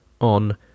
on